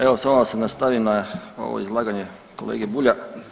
Evo samo da se nastavim na ovo izlaganje kolege Bulja.